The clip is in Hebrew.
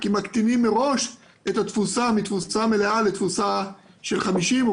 כי מקטינים מראש את התפוסה מתפוסה מלאה לתפוסה של 50% או